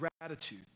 gratitude